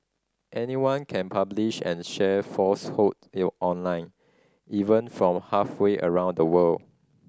anyone can publish and share falsehoods online even from halfway around the world